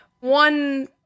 one